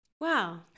wow